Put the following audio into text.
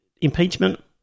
Impeachment